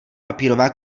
papírová